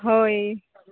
ହଏ